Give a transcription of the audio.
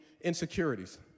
insecurities